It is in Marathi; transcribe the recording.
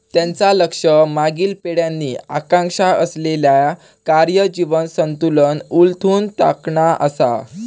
त्यांचा लक्ष मागील पिढ्यांनी आकांक्षा असलेला कार्य जीवन संतुलन उलथून टाकणा असा